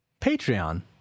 Patreon